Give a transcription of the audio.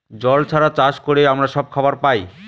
জল ছাড়া চাষ করে আমরা সব খাবার পায়